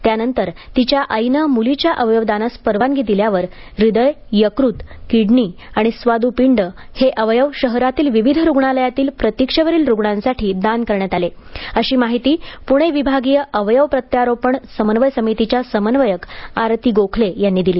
त्यानंतर तिच्या आईने मुलीच्या अवयवदानास परवानगी दिल्यावर ह्रदय यकृत किडनी आणि स्वादुपिंड हे अवयव शहरातील विविध रुग्णालयांतील प्रतीक्षेवरील रुग्णांसाठी दान करण्यात आले अशी माहिती पुणे विभागीय अवयव प्रत्यारोपण समन्वय समितीच्या समन्वयक आरती गोखले यांनी दिली